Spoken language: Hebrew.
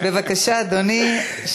בבקשה, אדוני.